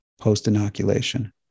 post-inoculation